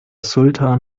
sultan